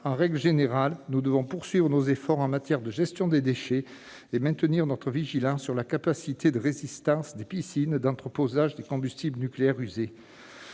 En règle générale, nous devons poursuivre nos efforts en matière de gestion des déchets et maintenir notre vigilance sur la capacité de résistance des piscines d'entreposage des combustibles nucléaires usés.